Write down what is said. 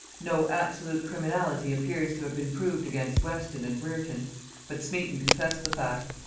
no absolute criminality appears to have been proved against weston and brereton but smeton confessed the fact.